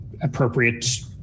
appropriate